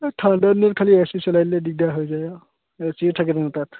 এই ঠাণ্ডাত খালি এ চি চলাই দিলে দিগদাৰ হৈ যায় আৰু এ চিয়ে থাকে দেখোন তাত